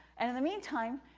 and in the meantime,